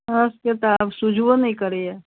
हमरा सबकऽ तऽ आब सुझबो नै करैए